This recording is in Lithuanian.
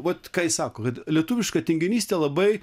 vat kai sakot lietuviška tinginystė labai